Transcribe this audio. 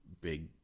big